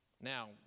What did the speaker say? Now